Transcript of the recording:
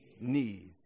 need